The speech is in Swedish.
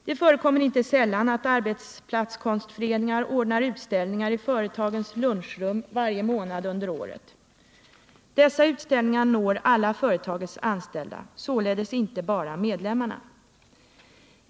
Det förekommer inte sällan att arbetsplatskonstföreningar ordnar utställningar i företagens lunchrum varje månad under året. Dessa utställningar når alla företagets anställda, således inte bara medlemmarna.